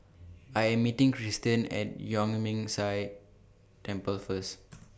I Am meeting Cristian At Yuan Ming Si Temple First